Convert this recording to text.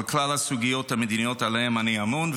על כלל הסוגיות המדיניות שעליהן אני אמון,